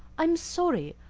i'm sorry.